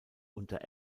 unter